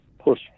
push